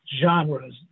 genres